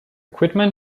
quitman